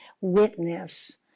witness